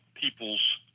people's